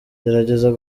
gerageza